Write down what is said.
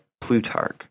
Plutarch